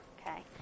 Okay